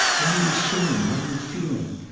what are you seeing? what are you feeling?